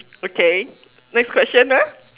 okay next question ah